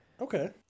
Okay